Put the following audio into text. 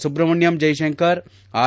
Subramanyam Jaishankar R